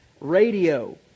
radio